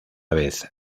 vez